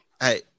hey